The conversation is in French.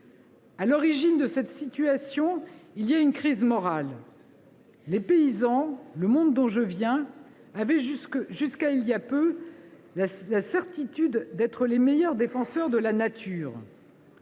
À l’origine de cette situation, il y a une crise morale : les paysans – le monde dont je viens – avaient jusqu’à il y a peu la certitude d’être les meilleurs défenseurs de la nature.